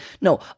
No